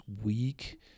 week